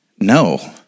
No